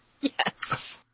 Yes